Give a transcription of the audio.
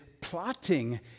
plotting